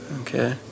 okay